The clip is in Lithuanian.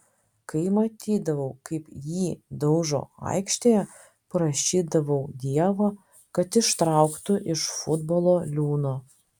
kai matydavau kaip jį daužo aikštėje prašydavau dievo kad ištrauktų iš futbolo liūno